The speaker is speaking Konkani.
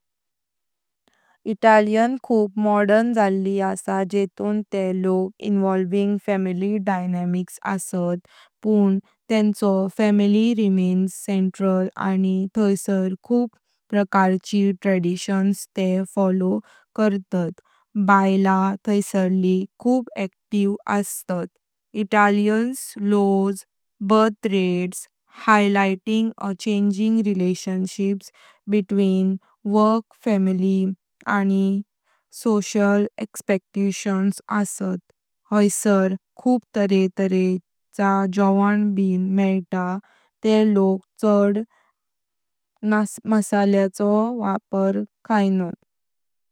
इटली खूप मॉडर्न जाल्ली आसा जातुन। ते लोक इभॉल्विंग फॅमिली डायनॅमिक्स आस्तात। पण तेंच्यो फॅमिली रिमेन्स सेंट्रल, आनी थैसर खूप प्रकारची ट्रॅडिशन्स ते फॉलो करतात। बायल थैसारली खूप सक्रिय आस्तात। इटली च्या कमी जन्म दरांसोबत, या स्थिती बदलाची संबंध काम, फॅमिली, आनी समाजिक अपेक्शांसोबत आस्तात। हैसर खूप तरे तरे चा जोवन ब मेंठा ते लोक छड नसल्य चा खाइनान।